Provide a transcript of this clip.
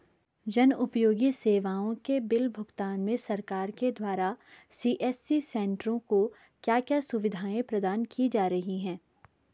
जन उपयोगी सेवाओं के बिल भुगतान में सरकार के द्वारा सी.एस.सी सेंट्रो को क्या क्या सुविधाएं प्रदान की जा रही हैं?